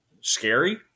scary